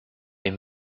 est